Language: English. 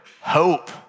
hope